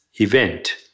event